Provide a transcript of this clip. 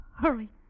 Hurry